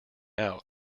out